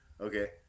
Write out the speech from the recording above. Okay